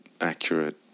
accurate